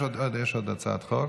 יש עוד הצעת חוק.